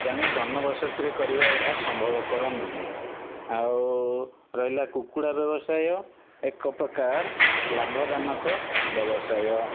ତେଣୁ ଜନବସତିରେ କରିବା ଏହା ସମ୍ଭବପର ନୁହେଁ ଆଉ ରହିଲା କୁକୁଡ଼ା ବ୍ୟବସାୟ ଏକ ପ୍ରକାର ଲାଭଦାୟକ ବ୍ୟବସାୟ